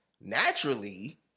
naturally